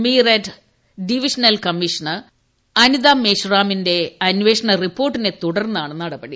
Meerut divisional commissioner Anita Meshram അന്വേഷണ റിപ്പോർട്ടിനെ തുടർന്നാണ് നടപടി